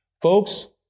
Folks